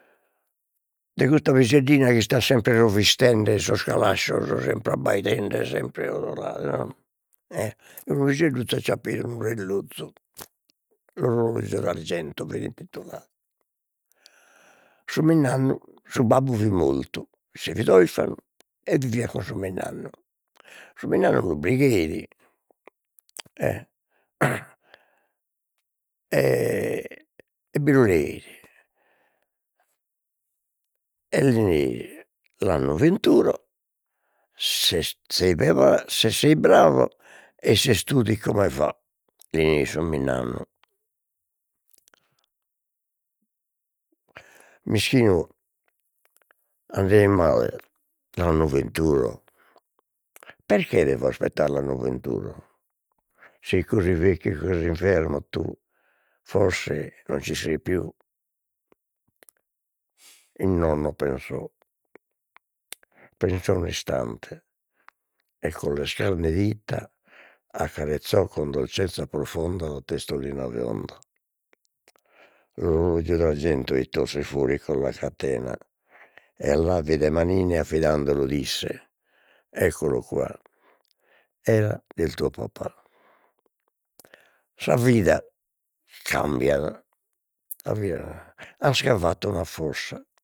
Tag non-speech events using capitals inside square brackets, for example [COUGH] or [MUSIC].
De custa piseddina chi istat sempre rovistende in sos calascios, sempre abbaidende sempre [HESITATION] no, [HESITATION] unu piseddu t'acciappeit unu [UNINTELLIGIBLE] unu rellozu de argento fidi intutuladu, su minnannu su babbu fit mortu, isse fit orfanu e viviat cun su minnannu, su minnannu lu brigheit e [NOISE] [HESITATION] e bi lu leeit e li [HESITATION] l'anno venturo se [UNINTELLIGIBLE] se sei bravo e se studi come va, li neit su minnannu, mischinu andeit male, l'anno venturo perché devo aspettare l'anno venturo, sei così vecchio e così infermo tu forse non ci sei più, il nonno pensò, pensò un istante e con le scarne dita accarezzò con dolcezza profonda la testolina bionda, l'orologio d'argento li tolse fuori con la catena e all'avide manine affidandolo disse, eccolo qua, era del tuo papà, sa vida cambiat sa vida ha scavato la fossa